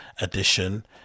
Edition